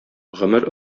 гомер